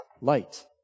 light